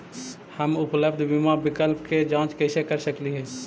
हम उपलब्ध बीमा विकल्प के जांच कैसे कर सकली हे?